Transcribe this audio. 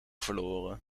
verloren